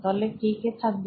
দলে কে কে থাকবে